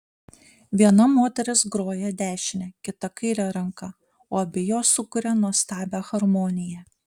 viena moteris groja dešine kita kaire ranka o abi jos sukuria nuostabią harmoniją